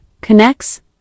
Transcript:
connects